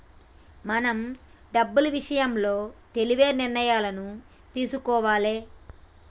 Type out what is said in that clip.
మనం డబ్బులు ఇషయంలో తెలివైన నిర్ణయాలను తీసుకోవాలే